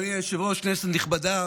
אדוני היושב-ראש, כנסת נכבדה.